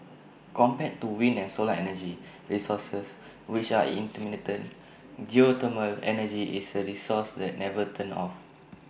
compared to wind and solar energy resources which are intermittent geothermal energy is A resource that never turns off